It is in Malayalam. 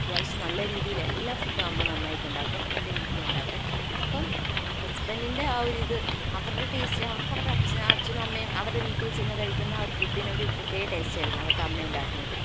അത്യാവശ്യം നല്ല രീതിയില് എല്ലാ ഫുഡും അമ്മ നന്നായിട്ടുണ്ടാക്കും എൻ്റെ വീട്ടിലും ഉണ്ടാക്കും അപ്പോൾ ഹസ്ബന്റിൻ്റെ ആ ഒരു ഇത് അവരുടെ ടേസ്റ്റ് അവർക്ക് അവരുടെ അഛനും അമ്മയും അവരുടെ വീട്ടിൽ ചെന്ന് കഴിക്കുന്ന ആ ഫുഡിനൊരു പ്രത്യേക ടേസ്റ്റായിരിക്കും അവരുടെ അമ്മയുണ്ടാക്കുന്നത്